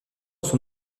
son